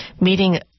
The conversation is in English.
meeting